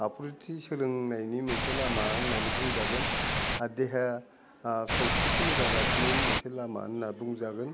आब्रुथि सोलोंनायनि मोनसे लामा होन्नानै बुंजागोन आरो देहा सावस्रिखौ मोजां लाखिनायनि मोनसे लामा होनना बुंजागोन